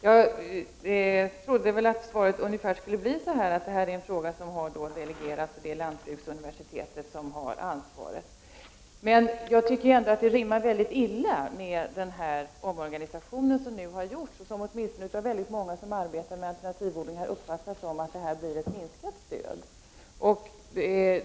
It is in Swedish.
Jag trodde att svaret skulle bli ungefär som att det här är en fråga som har delegerats till lantbruksuniversitetet, som då har ansvaret. Jag tycker ändå att det rimmar illa med den omorganisation som har genomförts och som av väldigt många som arbetar med alternativodlingen uppfattas som att det innebär minskat stöd.